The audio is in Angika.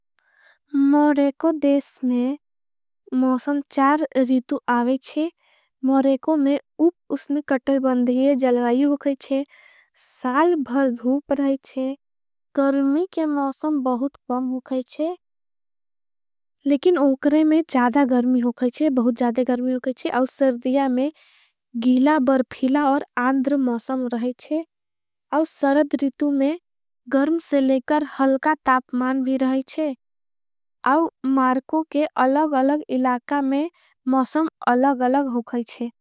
मौरेको देश में मौसम चार रितु आवेच्छे। मौरेको में उप उसने कटरी बन दिये। जलवाई होखेच्छे साल भर धूप रहेच्छे। गर्मी के मौसम बहुत कॉम होखेच्छे लेकिन। ओकरे में जादा गर्मी होखेच्छे बहुत जादे गर्मी। होखेच्छे और मारको के अलग अलग। इलाका में मौसम अलग अलग होखेच्छे।